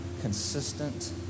consistent